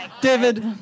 David